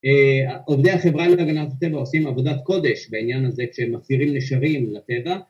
‫עובדי החברה להגנת הטבע ‫עושים עבודת קודש בעניין הזה, ‫כשהם מחזירים נשרים לטבע.